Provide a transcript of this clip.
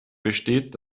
besteht